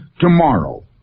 tomorrow